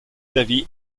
davy